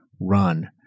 run